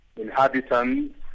inhabitants